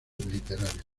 literarias